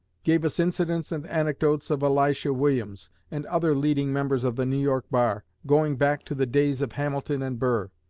gave us incidents and anecdotes of elisha williams, and other leading members of the new york bar, going back to the days of hamilton and burr.